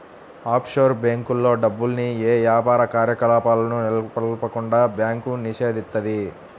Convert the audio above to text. offshore బ్యేంకుల్లో డబ్బుల్ని యే యాపార కార్యకలాపాలను నెలకొల్పకుండా బ్యాంకు నిషేధిత్తది